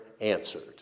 answered